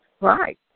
Right